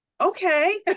okay